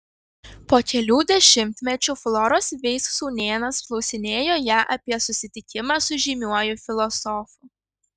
po kelių dešimtmečių floros veis sūnėnas klausinėjo ją apie susitikimą su žymiuoju filosofu